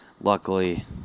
luckily